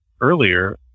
earlier